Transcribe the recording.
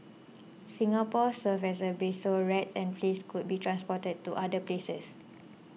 Singapore served as a base so rats and fleas could be transported to other places